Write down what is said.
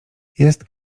jest